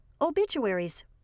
obituaries